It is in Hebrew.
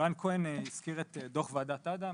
רן כהן הזכיר את דוח ועדת אדם,